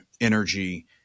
energy